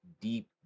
deep